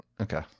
okay